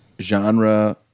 genre